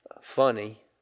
funny